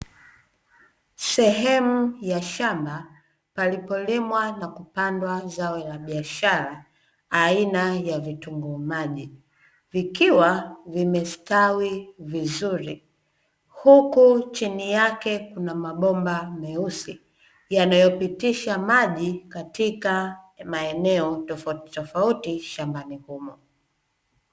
Sehemu ya shamba palipolimwa na kupandwa zao la biashara aina ya vitunguu maji, vikiwa vimestawi vizuri huku chini yake kuna mabomba meusi, yanayopitisha maji katika maeneo tofautitofauti shambani humo.